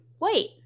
Wait